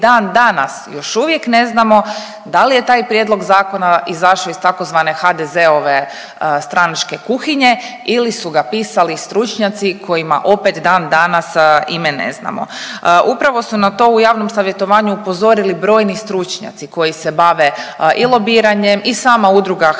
dandanas još uvijek ne znamo da li je taj prijedlog zakona izašao iz tzv. HDZ-ove stranačke kuhinje ili su ga pisali stručnjaci kojima opet dandanas ime ne znamo. Upravo su na to u javnom savjetovanju upozorili brojni stručnjaci koji se bave i lobiranjem i sama Udruga